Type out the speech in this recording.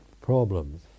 problems